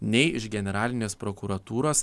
nei iš generalinės prokuratūros